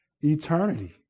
eternity